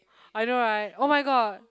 I know right oh-my-god